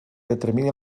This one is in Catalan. determini